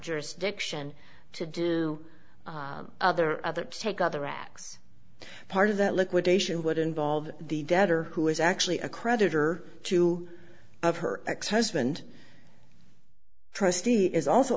jurisdiction to do other other take other acts part of that liquidation would involve the debtor who is actually a creditor two of her ex husband trustee is also